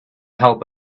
help